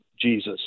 Jesus